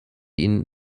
ihn